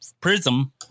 prism